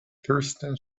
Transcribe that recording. kirsten